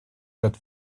that